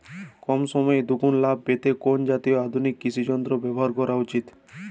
কম সময়ে দুগুন লাভ পেতে কোন জাতীয় আধুনিক কৃষি যন্ত্র ব্যবহার করা উচিৎ?